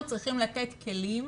אנחנו צריכים לתת כלים